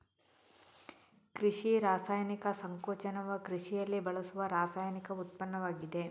ಕೃಷಿ ರಾಸಾಯನಿಕ ಸಂಕೋಚನವು ಕೃಷಿಯಲ್ಲಿ ಬಳಸುವ ರಾಸಾಯನಿಕ ಉತ್ಪನ್ನವಾಗಿದೆ